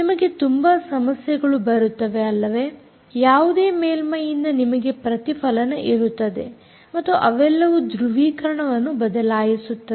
ನಿಮಗೆ ತುಂಬಾ ಸಮಸ್ಯೆಗಳು ಬರುತ್ತವೆ ಅಲ್ಲವೇ ಯಾವುದೇ ಮೇಲ್ಮೈಯಿಂದ ನಿಮಗೆ ಪ್ರತಿಫಲನ ಇರುತ್ತದೆ ಮತ್ತು ಅವೆಲ್ಲವೂ ಧೃವೀಕರಣವನ್ನು ಬದಲಾಯಿಸುತ್ತದೆ